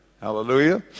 hallelujah